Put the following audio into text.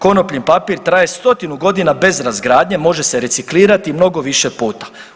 Konopljin papir traje stotinu godina bez razgradnje, može se reciklirati mnogo više puta.